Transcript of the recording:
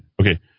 Okay